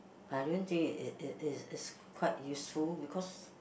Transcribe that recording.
I don't think it it it's it's quite useful because